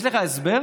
יש לך הסבר?